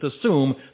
assume